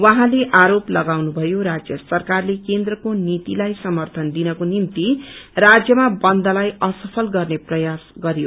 उडाँले आरोप लगाउनु भयो राज्य सरकारले केन्द्रको नीतिलाई समर्थन दिनको निष्ति राज्यमा बन्दलाई असफल गर्ने प्रयास गर्नुथयो